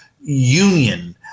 union